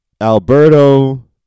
alberto